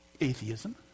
atheism